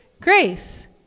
Grace